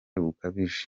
bukabije